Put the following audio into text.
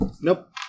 Nope